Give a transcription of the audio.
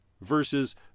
versus